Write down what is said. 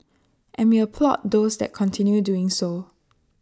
and we applaud those that continue doing so